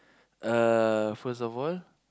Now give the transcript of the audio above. uh first of all